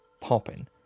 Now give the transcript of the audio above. popping